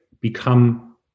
become